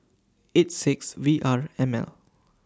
eight six V R M L